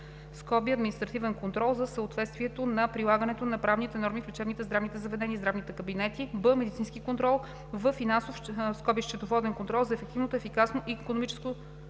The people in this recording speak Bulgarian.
(административен) контрол за съответствието на прилагането на правните норми в лечебните, здравните заведения и здравните кабинети; б) медицински контрол; в) финансов (счетоводен) контрол за ефективното, ефикасното и икономичното